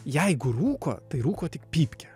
jeigu rūko tai rūko tik pypkę